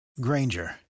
Granger